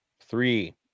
Three